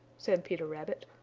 said peter rabbit.